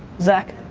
zak?